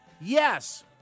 yes